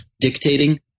Dictating